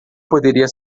poderia